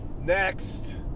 Next